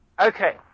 Okay